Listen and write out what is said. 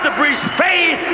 ah breeds faith,